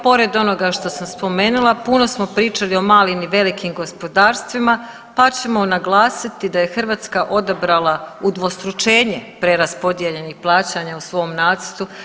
Pored onoga što sam spomenula puno smo pričali o malim i velikim gospodarstvima pa ćemo naglasiti da je Hrvatska odabrala udvostručenje preraspodijeljenih plaćanja u svom nacrtu.